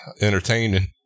entertaining